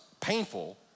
painful